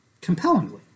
compellingly